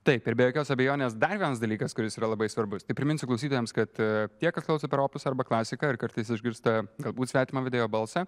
taip ir be jokios abejonės dar vienas dalykas kuris yra labai svarbus tik priminsiu klausytojams kad tie kas klauso per opus arba klasiką ir kartais išgirsta galbūt svetimą vidėjo balsą